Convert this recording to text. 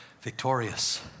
victorious